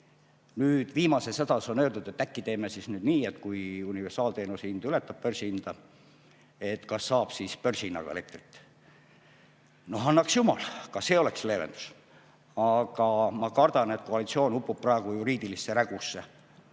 Nüüd, viimases hädas on öeldud, et äkki teeme nüüd nii, et kui universaalteenuse hind ületab börsihinda, siis saaks börsihinnaga elektrit. Noh, annaks jumal, ka see oleks leevendus. Aga ma kardan, et koalitsioon upub praegu juriidilisse rägusse,